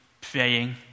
praying